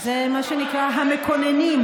זה מה שנקרא המקוננים.